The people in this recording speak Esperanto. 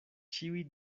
ĉiuj